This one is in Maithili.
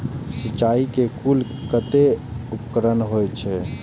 सिंचाई के कुल कतेक उपकरण होई छै?